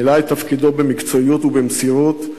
מילא את תפקידו במקצועיות ובמסירות,